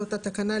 לאותה תקנה,